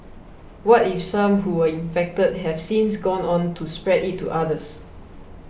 what if some who were infected have since gone on to spread it to others